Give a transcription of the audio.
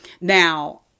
Now